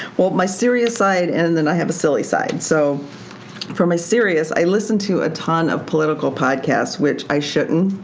well my serious side and then i have a silly side. so for my serious, i listen to a ton of political podcasts which, i shouldn't.